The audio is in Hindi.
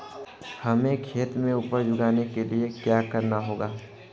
हमें खेत में उपज उगाने के लिये क्या करना होगा?